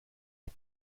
les